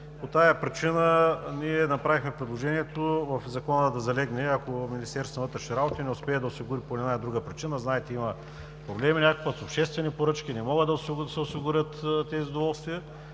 По тази причина направихме предложението в Закона да залегне, ако Министерството на вътрешните работи не успее да осигури по една или друга причина – знаете, има проблеми с обществени поръчки, не могат да се осигурят тези доволствия,